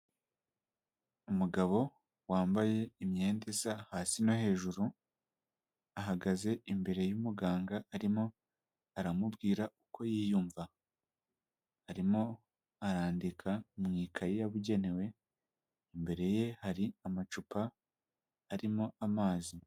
Umugabo wambaye imyenda isa hasi no hejuru, ahagaze imbere y'umuganga arimo aramubwira uko yiyumva, arimo arandika mu ikayi yabugenewe, imbere ye hari amacupa arimo amazi.